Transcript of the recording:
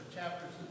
chapters